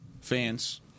fans